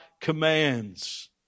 commands